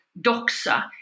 doxa